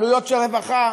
עלויות של רווחה?